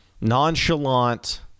nonchalant